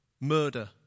murder